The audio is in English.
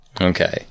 Okay